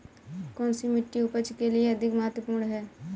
कौन सी मिट्टी उपज के लिए अधिक महत्वपूर्ण है?